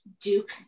Duke